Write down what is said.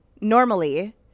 normally